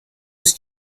was